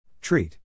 Treat